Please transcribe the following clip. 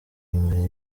imbere